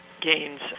gains